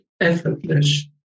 effortless